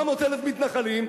400,000 מתנחלים,